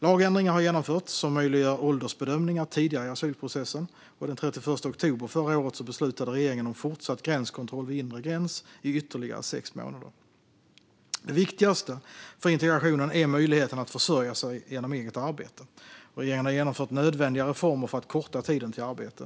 Lagändringar som möjliggör åldersbedömningar tidigare i asylprocessen har genomförts. Den 31 oktober förra året beslutade regeringen också om fortsatt gränskontroll vid inre gräns i ytterligare sex månader. Det viktigaste för integrationen är möjligheten att försörja sig genom eget arbete. Regeringen har genomfört nödvändiga reformer för att korta tiden till arbete.